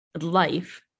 life